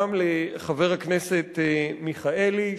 וגם לחבר הכנסת מיכאלי,